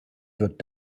wird